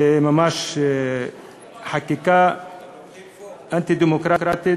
זה ממש חקיקה אנטי-דמוקרטית,